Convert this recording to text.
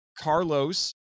Carlos